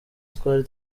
twari